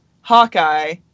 Hawkeye